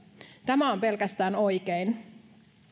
tämä on pelkästään oikein